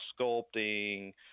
sculpting